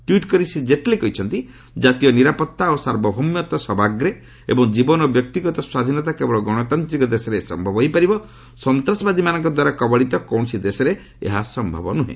tweet କରି ଶ୍ରୀ ଜେଟ୍ଲୀ କହିଛନ୍ତି ଜାତୀୟ ନିରାପତ୍ତା ଓ ସାର୍ବଭୌମତ୍ୱ ସର୍ବାଗ୍ରେ ଏବଂ ଜୀବନ ଓ ବ୍ୟକ୍ତିଗତ ସ୍ୱାଧୀନତା କେବଳ ଗଣତାନ୍ତ୍ରିକ ଦେଶରେ ସମ୍ଭବ ହୋଇପାରିବ ସନ୍ତ୍ରାସବାଦୀମାନଙ୍କ ଦ୍ୱାରା କବଳିତ କୌଣସି ଦେଶରେ ଏହା ସମ୍ଭବ ନୁର୍ହେ